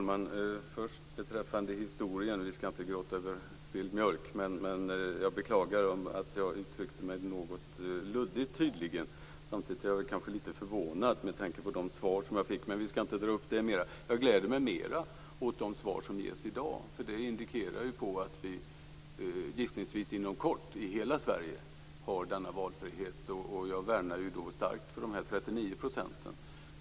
Herr talman! Vi skall inte gråta över spilld mjölk, men jag beklagar att jag tydligen uttryckte mig något luddigt. Samtidigt är jag kanske lite förvånad med tanke på de svar som jag fick. Men vi skall inte dra upp det mer. Jag gläder mig mer åt de svar som ges i dag. De indikerar att vi, gissningsvis inom kort, har denna valfrihet i hela Sverige. Jag värnar då starkt de här 39 procenten.